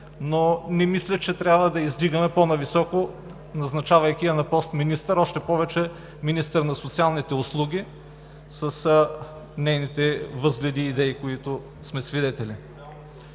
но не мисля, че трябва да я издигаме по-нависоко, назначавайки я на пост „министър“, още повече министър на социалните услуги с нейните възгледи и идеи, на които сме свидетели.